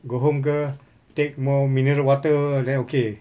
go home ke take more mineral water then okay